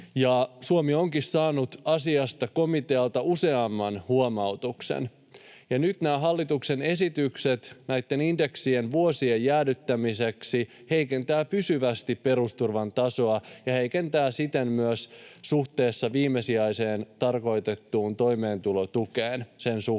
Suomi onkin saanut asiasta komitealta useamman huomautuksen. Nyt nämä hallituksen esitykset indeksien jäädyttämiseksi vuosiksi heikentävät pysyvästi perusturvan tasoa ja heikentävät siten myös sen suhdetta viimesijaiseksi tarkoitettuun toimeentulotukeen. Jos katsotaan